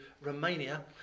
Romania